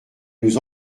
nous